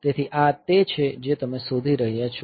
તેથી આ તે છે જે તમે શોધી રહ્યા છો